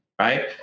right